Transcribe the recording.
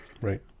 Right